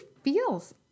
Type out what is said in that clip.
feels